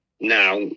now